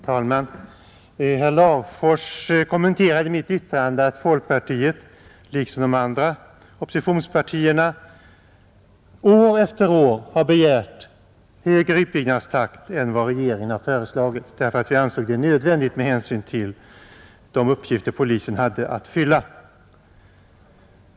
Herr talman! Herr Larfors kommenterade mitt yttrande att folkpartiet liksom de andra oppositionspartierna år efter år har begärt högre utbyggnadstakt än vad regeringen har föreslagit därför att vi har ansett det nödvändigt med hänsyn till de uppgifter polisen har att fylla.